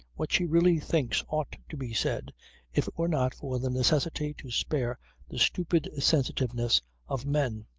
what she really thinks ought to be said if it were not for the necessity to spare the stupid sensitiveness of men.